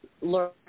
learn